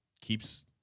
keeps